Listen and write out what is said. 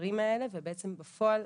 המספרים האלה ובעצם בפועל,